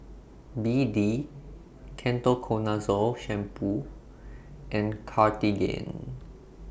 B D Ketoconazole Shampoo and Cartigain